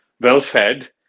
well-fed